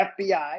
FBI